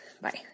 Bye